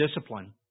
discipline